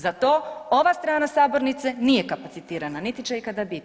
Za to ova strana sabornice nije kapacitirana niti će ikada biti.